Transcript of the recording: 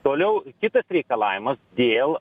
toliau kitas reikalavimas dėl